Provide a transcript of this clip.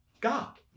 God